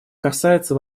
касается